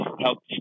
help